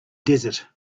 desert